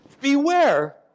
Beware